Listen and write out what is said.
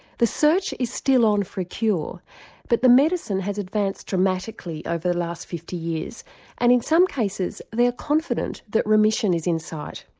the search is still on for a cure but the medicine has advanced dramatically over the last fifty years and in some cases they are confident that remission is in sight.